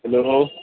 hello